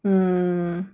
mm